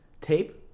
tape